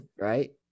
Right